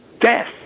death